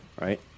right